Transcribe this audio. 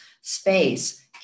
space